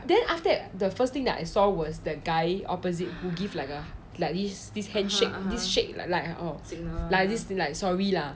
then after that the first thing that I saw was that guy opposite who give like a like this this handshake this shake like like oo oo like sorry lah